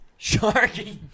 Sharky